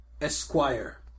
Esquire